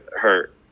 hurt